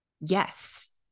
yes